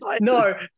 no